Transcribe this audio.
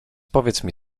powiedz